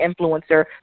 influencer